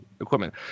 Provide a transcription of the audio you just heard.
equipment